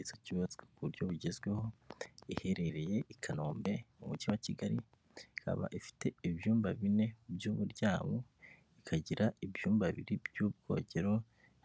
Inzu yubatswe mu buryo bugezweho, iherereye i Kanombe mu mujyi wa Kigali. Ikaba ifite ibyumba bine by'uburyamo, ikagira ibyumba bibiri by'ubwogero